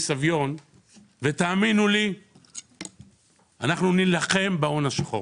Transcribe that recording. סביון ותאמינו לי שאנחנו נילחם בהון השחור